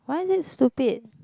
why is it stupid